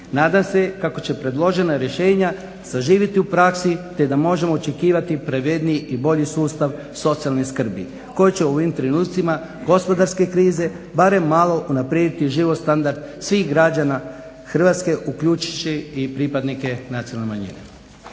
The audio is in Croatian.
Nadam se kako će predložena rješenja saživjeti u praksi te da možemo očekivati pravedniji i bolji sustav socijalne skrbi koji će u ovim trenucima gospodarske krize barem malo unaprijediti životni standard svih građana Hrvatske uključujući i pripadnike nacionalne manjine.